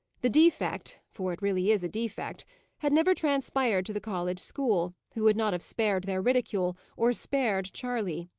the defect for it really is a defect had never transpired to the college school, who would not have spared their ridicule, or spared charley.